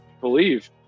believe